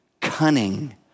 cunning